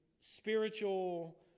spiritual